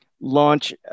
launch